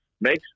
Makes